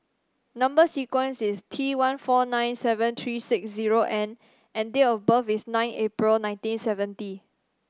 number sequence is T one four nine seven three six zero N and date of birth is nine April nineteen seventy